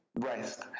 rest